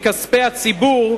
מכספי הציבור?